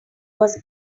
was